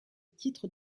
titre